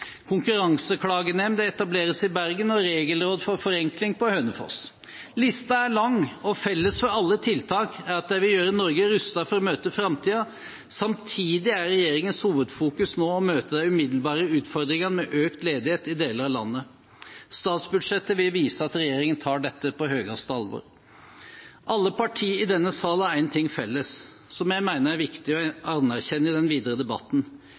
En konkurranseklagenemd etableres i Bergen og et regelråd for forenkling på Hønefoss. Listen er lang, og felles for alle tiltak er at de vil gjøre Norge rustet for å møte framtiden. Samtidig er regjeringens hovedfokus nå å møte de umiddelbare utfordringene med økt ledighet i deler av landet. Statsbudsjettet vil vise at regjeringen tar dette på største alvor. Alle partiene i denne sal har én ting felles som jeg mener er viktig å anerkjenne i den videre debatten: